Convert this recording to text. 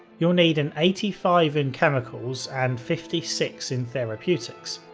you'll need an eighty five in chemicals and fifty six in therapeutics.